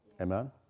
Amen